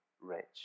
rich